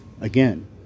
again